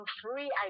free